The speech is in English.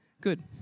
Good